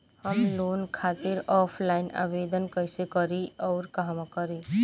हम लोन खातिर ऑफलाइन आवेदन कइसे करि अउर कहवा करी?